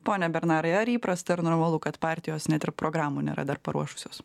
pone bernarai ar įprasta ar normalu kad partijos net ir programų nėra dar paruošusios